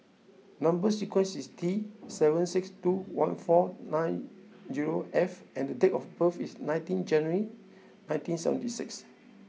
number sequence is T seven six two one four nine zero F and date of birth is nineteen January nineteen seventy six